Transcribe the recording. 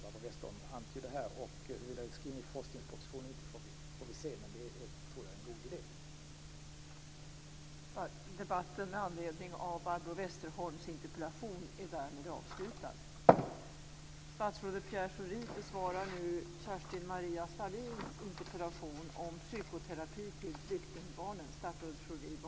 Men självfallet sker arbetet enligt de linjer som Barbro Westerholm antydde här. Huruvida detta skall tas in i forskningspropositionen eller inte får vi se. Men det tror jag är en god idé.